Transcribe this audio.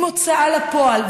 עם הוצאה לפועל,